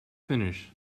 finish